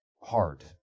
hard